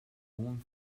warm